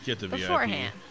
beforehand